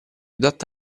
adatta